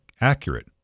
accurate